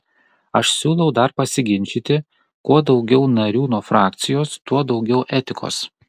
aš siūlau dar pasiginčyti kuo daugiau narių nuo frakcijos tuo daugiau etikos